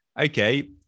okay